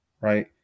right